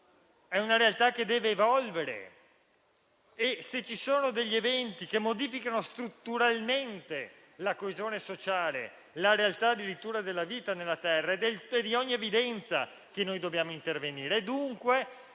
È una realtà che deve evolvere e, se ci sono degli eventi che modificano strutturalmente la coesione sociale e addirittura la realtà della vita sulla terra, è evidente che noi dobbiamo intervenire. Dunque,